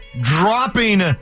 dropping